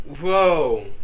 Whoa